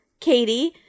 katie